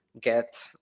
get